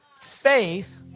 Faith